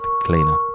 cleaner